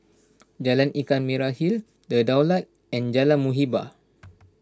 Jalan Ikan Merah Hill the Daulat and Jalan Muhibbah